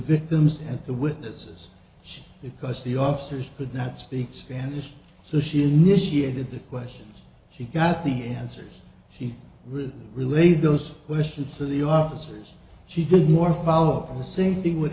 victims and the witnesses because the officers could not speak spanish so she initiated the questions she got the answers she relayed those questions to the officers she did more follow up the same thing with